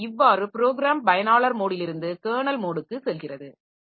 எனவே இவ்வாறு ப்ரோகிராம் பயனாளர் மோடிலிருந்து கெர்னல் மோடுக்கு செல்கிறது